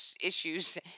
issues